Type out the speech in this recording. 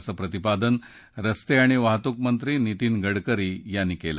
असं प्रतिपादन रस्ते आणि वाहतूक मंत्री नितीन गडकरी यांनी केलं